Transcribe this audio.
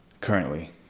currently